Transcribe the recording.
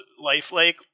lifelike